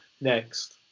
Next